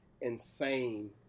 insane